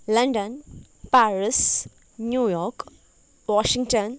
London Paris New York Washington